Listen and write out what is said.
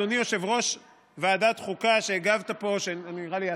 אדוני יושב-ראש ועדת החוקה שהגיב פה ונראה לי יצא,